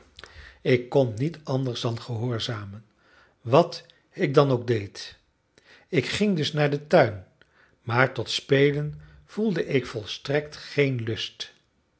ik kon niet anders dan gehoorzamen wat ik dan ook deed ik ging dus naar den tuin maar tot spelen voelde ik volstrekt geen lust